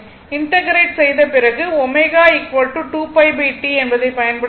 integrate செய்த பிறகு இந்த ω 2πT என்பதை பயன்படுத்த வேண்டும்